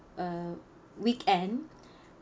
uh weekend